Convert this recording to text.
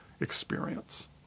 experience